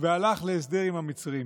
והלך להסדר עם המצרים.